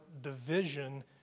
division